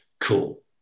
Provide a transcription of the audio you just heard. cool